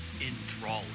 enthralling